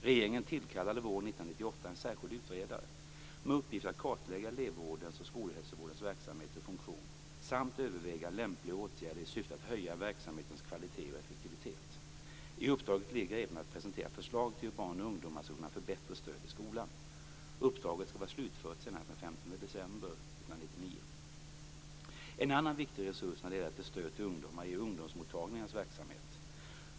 Regeringen tillkallade våren 1998 en särskild utredare med uppgift att kartlägga elevvårdens och skolhälsovårdens verksamhet och funktion samt överväga lämpliga åtgärder i syfte att höja verksamhetens kvalitet och effektivitet. I uppdraget ligger även att presentera förslag till hur barn och ungdomar skall kunna få bättre stöd i skolan. Uppdraget skall vara slutfört senast den En annan viktig resurs när det gäller att ge stöd till ungdomar är ungdomsmottagningarnas verksamhet.